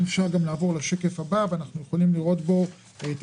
אפשר לראות את